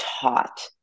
Taught